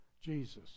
Jesus